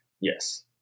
Yes